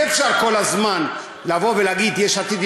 אי-אפשר כל הזמן להגיד יש עתיד,